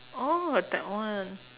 oh that one